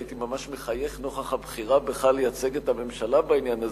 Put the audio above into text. הייתי ממש מחייך נוכח הבחירה בך לייצג את הממשלה בעניין הזה,